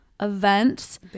Events